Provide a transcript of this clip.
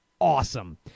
awesome